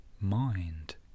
mind